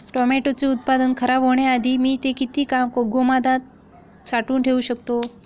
टोमॅटोचे उत्पादन खराब होण्याआधी मी ते किती काळ गोदामात साठवून ठेऊ शकतो?